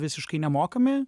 visiškai nemokami